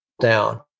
down